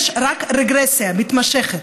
יש רק רגרסיה מתמשכת.